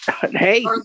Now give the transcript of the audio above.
Hey